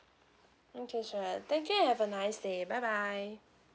okay sure thank you you have a nice day bye bye